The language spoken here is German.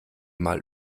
mal